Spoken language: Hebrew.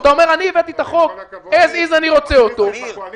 לגבי בקשות לרביזיה: אי-אפשר לבקש בקשה